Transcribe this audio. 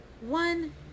one